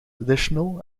additional